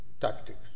tactics